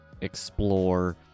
explore